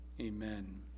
Amen